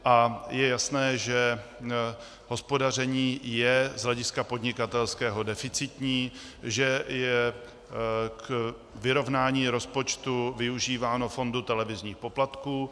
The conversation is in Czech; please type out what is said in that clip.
A je jasné, že hospodaření je z hlediska podnikatelského deficitní, že je k vyrovnání rozpočtu využíváno fondu televizních poplatků.